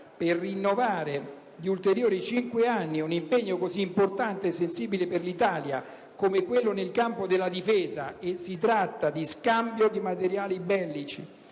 rinnovare di ulteriori cinque anni un impegno così importante e sensibile per l'Italia, come quello nel settore della difesa (che prevede scambio di materiali bellici,